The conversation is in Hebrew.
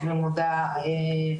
וכל בן אדם ראוי בעיני,